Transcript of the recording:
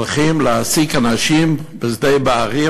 הולכים להעסיק אנשים בשדה-בריר,